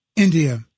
India